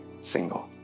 single